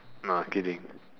nah kidding